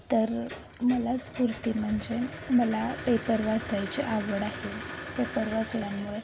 तर मला स्फूर्ती म्हणजे मला पेपर वाचायची आवड आहे पेपर वाचल्यामुळे